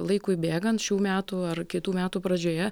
laikui bėgant šių metų ar kitų metų pradžioje